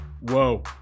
Whoa